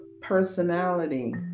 personality